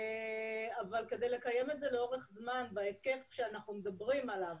אבל כדי לקיים את זה לאורך זמן בהיקף שאנחנו מדברים עליו,